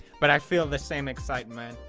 but i feel the same excitement,